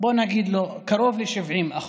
בוא נגיד קרוב ל-70%,